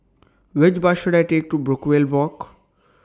Which Bus should I Take to Brookvale Walk